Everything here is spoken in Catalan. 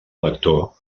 vector